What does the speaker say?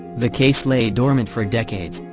the case lay dormant for decades,